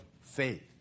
faith